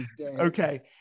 Okay